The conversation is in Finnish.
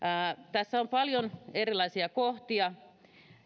tässä on paljon erilaisia kohtia